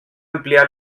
ampliar